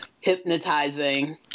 hypnotizing